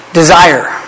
desire